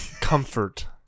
Comfort